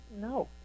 No